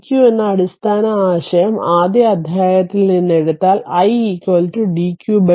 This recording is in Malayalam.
dq എന്ന അടിസ്ഥാന ആശയം ആദ്യ അധ്യായത്തിൽ നിന്ന് എടുത്താൽ i dq dt